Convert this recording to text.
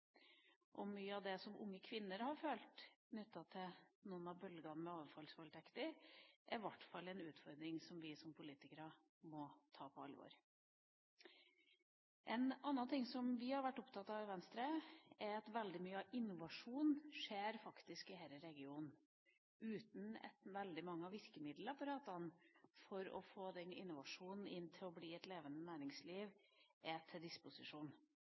Mye av det som unge kvinner har følt knyttet til noen av bølgene med overfallsvoldtekter, er i hvert fall en utfordring som vi som politikere må ta på alvor. En annen ting som vi har vært opptatt av i Venstre, er at veldig mye av innovasjonen faktisk skjer i denne regionen, uten at veldig mye av virkemiddelapparatet for å få denne innovasjonen til å bli et levende næringsliv er til disposisjon.